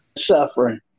Suffering